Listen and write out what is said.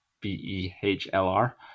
B-E-H-L-R